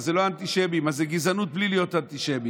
אז לא אנטישמים, זה גזענות בלי להיות אנטישמים.